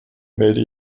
melde